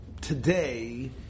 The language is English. today